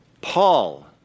Paul